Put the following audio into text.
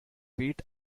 wheat